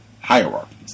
hierarchies